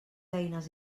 eines